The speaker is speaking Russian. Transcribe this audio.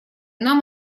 нам